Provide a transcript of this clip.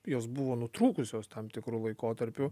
jos buvo nutrūkusios tam tikru laikotarpiu